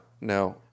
no